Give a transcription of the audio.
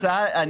כבוד היושב-ראש,